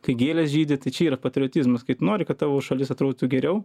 kai gėlės žydi tai čia yra patriotizmas kai tu nori kad tavo šalis atrodytų geriau